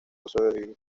sobrevivir